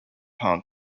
hong